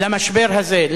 למשבר הזה?